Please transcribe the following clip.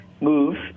move